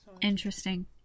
Interesting